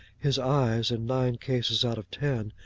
his eyes, in nine cases out of ten,